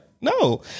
no